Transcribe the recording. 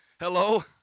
Hello